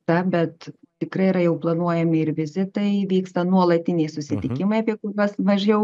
ta bet tikrai yra jau planuojami ir vizitai vyksta nuolatiniai susitikimai apie kuriuos mažiau